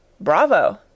Bravo